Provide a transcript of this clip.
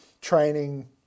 training